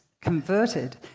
converted